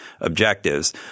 objectives